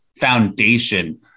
foundation